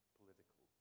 political